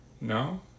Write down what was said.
No